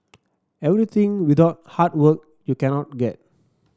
everything without hard work you cannot get